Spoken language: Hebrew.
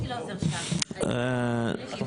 טוב.